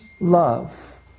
love